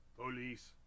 Police